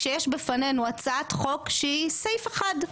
כשיש בפנינו הצעת חוק שהיא סעיף אחד,